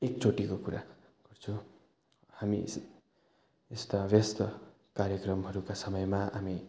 एकचोटिको कुरा गर्छु हामी यस्ता व्यस्त कार्यक्रमहरूका समयमा हामी